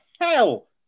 hell